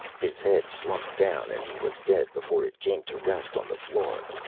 his head slumped down and he was dead before it came to rest on the floor.